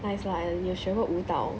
nice lah and 你有学过舞蹈